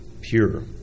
pure